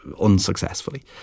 unsuccessfully